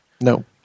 No